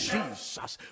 Jesus